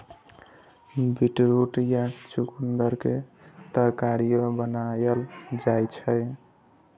beetroot या चुकंदर के तरकारियो बनाएल जाइ छै